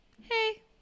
hey